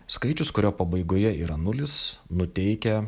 skaičius kurio pabaigoje yra nulis nuteikia